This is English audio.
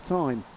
time